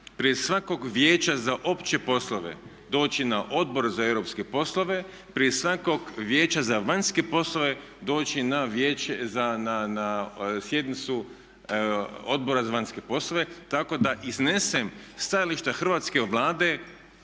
prije svakog Vijeća za opće poslove doći na Odbor za europske poslove prije svakog Vijeća za vanjske poslove doći na sjednicu Odbora za vanjske poslove, tako da iznesem stajališta hrvatske Vlade